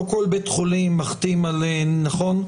לא כל בית חולים מחתים עליהם, נכון?